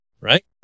right